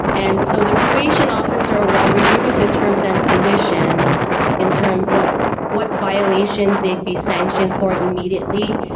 and so the probation officer while reviewing the terms and conditions in terms of what violations they'd be sanctioned for immediately,